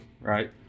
right